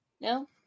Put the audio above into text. No